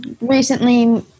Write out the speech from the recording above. recently